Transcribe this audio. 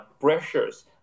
pressures